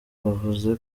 bavuze